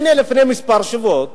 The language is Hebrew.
הנה, לפני כמה שבועות